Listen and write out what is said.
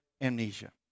amnesia